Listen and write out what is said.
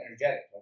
energetic